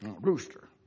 rooster